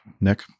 nick